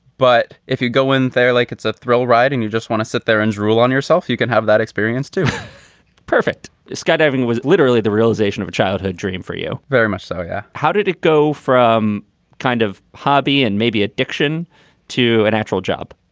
but if you go in there like it's a thrill ride and you just want to sit there and drool on yourself, you can have that experience too perfect skydiving was literally the realization of a childhood dream for you. very much so, yeah. how did it go from kind of hobby and maybe addiction to an actual job?